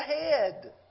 ahead